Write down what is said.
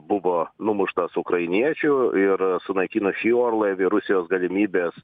buvo numuštas ukrainiečių ir sunaikino šį orlaivį rusijos galimybės